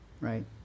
Right